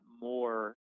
more